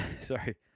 sorry